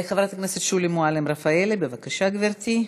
חברת הכנסת שולי מועלם-רפאלי, בבקשה, גברתי.